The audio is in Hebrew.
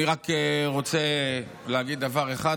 אני רק רוצה להגיד דבר אחד,